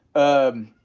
um,